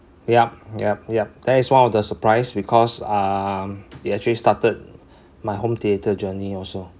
yup yup yup that is one of the surprise because um it actually started my home theatre journey also